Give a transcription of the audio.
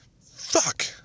Fuck